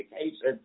education